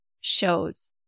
shows